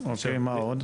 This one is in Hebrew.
אוקיי, מה עוד?